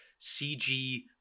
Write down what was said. CG